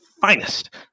finest